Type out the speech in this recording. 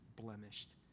blemished